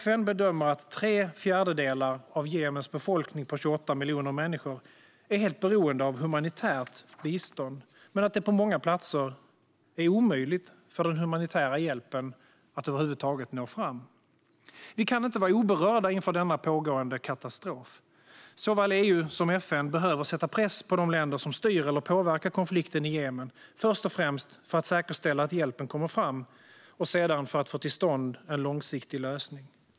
FN bedömer att tre fjärdedelar av Jemens befolkning på 28 miljoner människor är helt beroende av humanitärt bistånd men att det på många platser är omöjligt för den humanitära hjälpen att över huvud taget nå fram. Vi kan inte vara oberörda inför denna pågående katastrof. Såväl EU som FN behöver sätta press på de länder som styr eller påverkar konflikten i Jemen, först och främst för att säkerställa att hjälpen kommer fram och sedan för att få till stånd en långsiktig lösning.